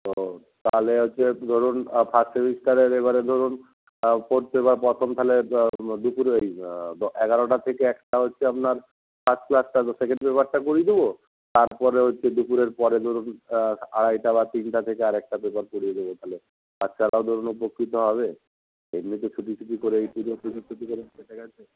ও তাহলে হচ্ছে ধরুন ফার্স্ট সেমিস্টারের এবারে ধরুন ফোর্থ পেপার তাহলে দুপুরে ওই এগারোটার থেকে একটা হচ্ছে আপনার ফার্স্ট ক্লাসটা সেকেন্ড পেপারটা পড়িয়ে দেবো তারপরে হচ্ছে দুপুরের পরে ধরুন আড়াইটা বা তিনটা থেকে আরেকটা পেপার পড়িয়ে দেবো তাহলে ধরুন উপকৃত হবে ছুটি ছুটি করেই পুজোর ছুটি করে কেটে গেছে